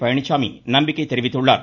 பழனிச்சாமி நம்பிக்கை தெரிவித்துள்ளார்